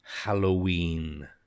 halloween